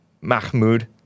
Mahmoud